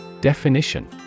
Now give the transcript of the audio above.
Definition